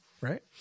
right